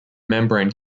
membrane